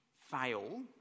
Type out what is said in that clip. fail